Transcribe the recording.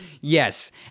yes